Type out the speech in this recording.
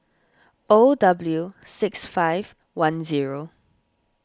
O W six five one zero